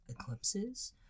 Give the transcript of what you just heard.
eclipses